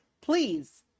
Please